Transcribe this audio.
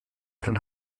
dann